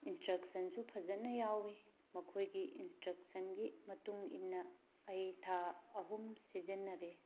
ꯏꯟꯁꯇ꯭ꯔꯛꯁꯟꯁꯨ ꯐꯖꯅ ꯌꯥꯎꯏ ꯃꯈꯣꯏꯒꯤ ꯏꯟꯁꯇ꯭ꯔꯛꯁꯟꯒꯤ ꯃꯇꯨꯡꯏꯟꯅ ꯑꯩ ꯊꯥ ꯑꯍꯨꯝ ꯁꯤꯖꯤꯟꯅꯔꯦ